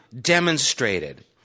demonstrated